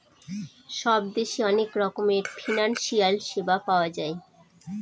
সব দেশে অনেক রকমের ফিনান্সিয়াল সেবা পাওয়া যায়